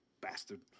Bastard